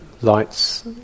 lights